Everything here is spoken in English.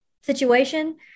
situation